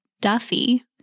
Duffy